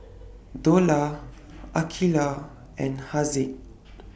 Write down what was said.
Dollah Aqilah and Haziq